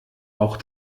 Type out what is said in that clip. auch